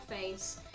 face